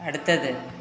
அடுத்தது